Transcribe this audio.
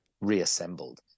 reassembled